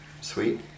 Sweet